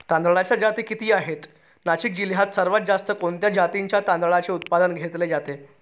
तांदळाच्या जाती किती आहेत, नाशिक जिल्ह्यात सर्वात जास्त कोणत्या जातीच्या तांदळाचे उत्पादन घेतले जाते?